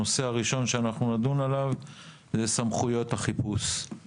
הנושא הראשון שאנחנו נדון עליו זה סמכויות החיפוש.